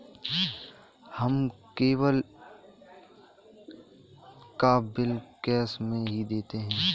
हम केबल का bill cash में ही देते हैं